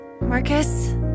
Marcus